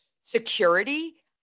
security